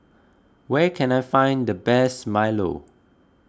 where can I find the best Milo